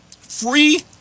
Free